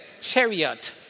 chariot